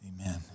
Amen